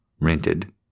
rented